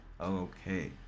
Okay